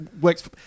works